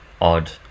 odd